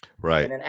right